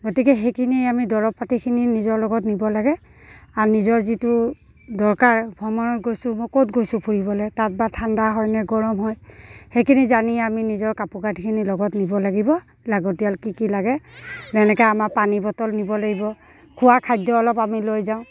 গতিকে সেইখিনিয়ে আমি দৰৱ পাতিখিনি নিজৰ লগত নিব লাগে আৰু নিজৰ যিটো দৰকাৰ ভ্ৰমণত গৈছোঁ মোক ক'ত গৈছোঁ ফুৰিবলৈ তাত বা ঠাণ্ডা হয়নে গৰম হয় সেইখিনি জানি আমি নিজৰ কাপোৰ কানিখিনি লগত নিব লাগিব লাগতিয়াল কি কি লাগে যেনেকৈ আমাৰ পানীবটল নিব লাগিব খোৱা খাদ্য অলপ আমি লৈ যাওঁ